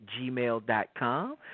gmail.com